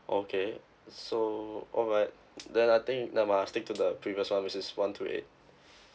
okay so alright then I think that I might stick to the previous [one] which is one two eight